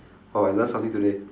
!wow! I learnt something today